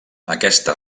aquesta